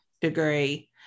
degree